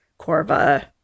Corva